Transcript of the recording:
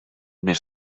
mes